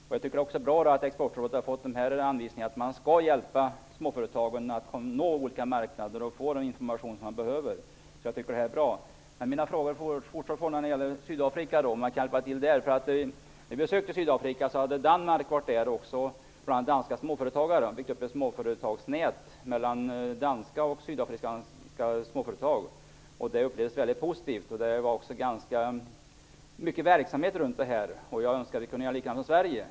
Det är bra att Exportrådet har fått anvisningen att man skall hjälpa småföretagen att nå olika marknader och få den information som de behöver. Mina frågor om Sydafrika kvarstår. När vi besökte Sydafrika hade bl.a. danska småföretagare varit där, och det hade byggts upp ett småföretagsnät mellan danska och sydafrikanska småföretag - något som upplevdes som väldigt positivt. Det fanns också ganska mycket verksamhet runt detta. Jag önskar att vi i Sverige kunde göra samma sak.